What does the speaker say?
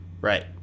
Right